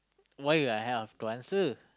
why you have to answer